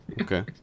Okay